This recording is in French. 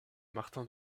martin